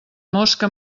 mosca